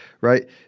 right